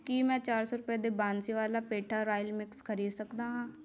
ਕੀ ਮੈਂ ਚਾਰ ਸੌ ਰੁਪਏ ਦੇ ਬਾਂਸੀ ਵਾਲਾ ਪੇਠਾ ਰਾਇਲ ਮਿਕਸ ਖਰੀਦ ਸਕਦਾ ਹਾਂ